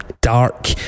dark